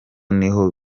niho